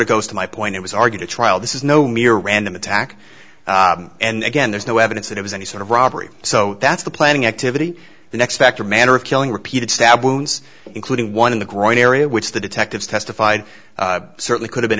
of goes to my point it was argued at trial this is no mere random attack and again there's no evidence that it was any sort of robbery so that's the planning activity the next factor manner of killing repeated stab wounds including one in the groin area which the detectives testified certainly could have been